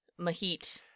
Mahit